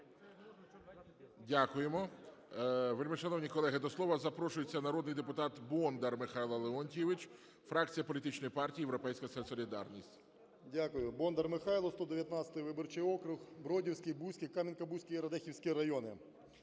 Дякуємо. Вельмишановні колеги, до слова запрошується народний депутат Бондар Михайло Леонтійович, фракція політичної партії "Європейська солідарність". 14:13:28 БОНДАР М.Л. Дякую. Бондар Михайло, 119 виборчий округ, Бродівський, Бузький, Кам'янка-Бузький і Радехівський райони,